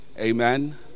Amen